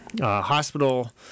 hospital